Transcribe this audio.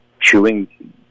chewing